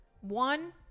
one